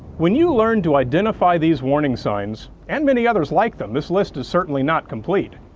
when you learn to identify these warning signs and many others like them, this list is certainly not complete,